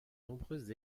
nombreuses